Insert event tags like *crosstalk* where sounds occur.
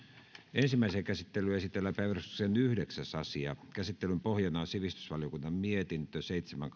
ensimmäiseen käsittelyyn esitellään päiväjärjestyksen yhdeksäs asia käsittelyn pohjana on sivistysvaliokunnan mietintö seitsemän *unintelligible*